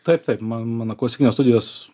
taip taip man mano klasikinės studijos